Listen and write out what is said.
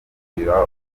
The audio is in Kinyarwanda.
kugira